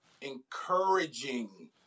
encouraging